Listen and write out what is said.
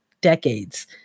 decades